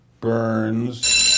Burns